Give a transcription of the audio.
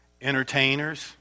entertainers